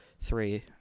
three